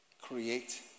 create